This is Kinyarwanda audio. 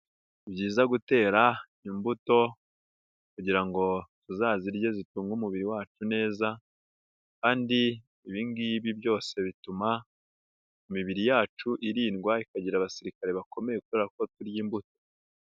Ni byiza gutera imbuto kugira ngo tuzazirye zitunge umubiri wacu neza kandi ibi ngibi byose bituma imibiri yacu irindwa ikagira abasirikare bakomeye kubera ko turya imbuto.